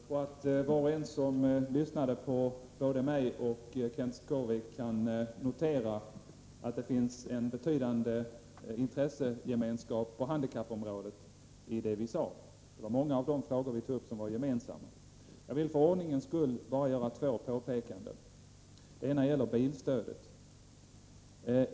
Herr talman! Jag tror att var och en som lyssnade på mig och Kenth Skårvik kan notera i det vi sade att det finns en betydande intressegemenskap på handikappområdet. Det var många av de frågor vi tog upp som var gemensamma. Jag vill för ordningens skull bara göra två påpekanden. Det ena gäller bilstödet.